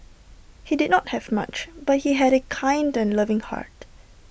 he did not have much but he had A kind and loving heart